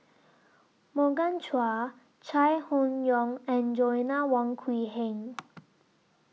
Morgan Chua Chai Hon Yoong and Joanna Wong Quee Heng